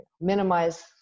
minimize